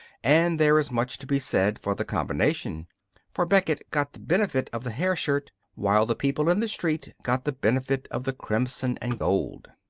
and there is much to be said for the combination for becket got the benefit of the hair shirt while the people in the street got the benefit of the crimson and gold.